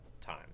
time